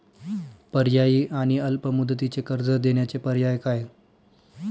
पर्यायी आणि अल्प मुदतीचे कर्ज देण्याचे पर्याय काय?